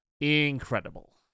Incredible